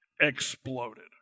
exploded